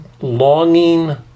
longing